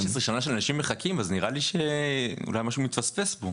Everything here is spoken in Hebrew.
15 שנה של אנשים מחכים אז נראה לי שאולי משהו מתפספס פה,